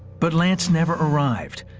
but lance never arrived.